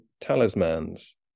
talismans